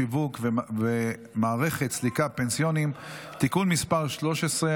שיווק ומערכת סליקה פנסיוניים) (תיקון מס' 13),